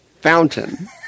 fountain